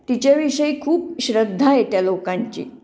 तिच्याविषयी खूप श्रद्धा आहे त्या लोकांची